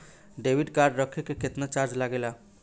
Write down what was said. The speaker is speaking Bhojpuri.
डेबिट कार्ड रखे के केतना चार्ज लगेला?